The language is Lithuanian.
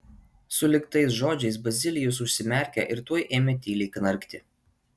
sulig tais žodžiais bazilijus užsimerkė ir tuoj ėmė tyliai knarkti